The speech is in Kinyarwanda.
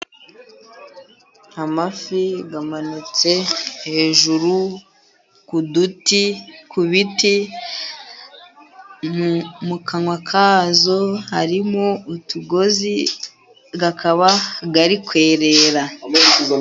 Amafi amanitse hejuru ku duti ku biti, mukanwa kayo harimo utugozi, akaba ari kwerera.